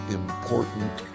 important